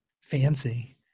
Fancy